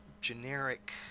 generic